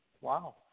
Wow